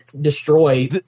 destroy